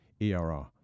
ERR